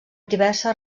diverses